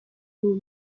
mots